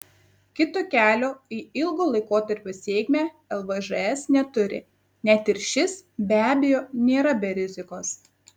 kito kelio į ilgo laikotarpio sėkmę lvžs neturi net ir šis be abejo nėra be rizikos